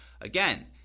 again